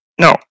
No